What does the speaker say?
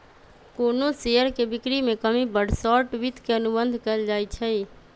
कोनो शेयर के बिक्री में कमी पर शॉर्ट वित्त के अनुबंध कएल जाई छई